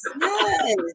yes